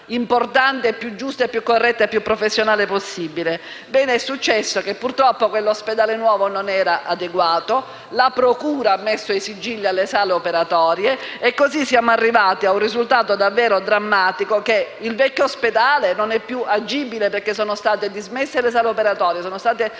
importante, più giusta, più corretta e più professionale possibile. Bene, è successo che, purtroppo, l'ospedale nuovo non era adeguato; la procura ha messo i sigilli alle sale operatorie e così siamo arrivati a un risultato davvero drammatico, per cui il vecchio ospedale non è più agibile perché sono state dismesse le sale operatorie e trasferite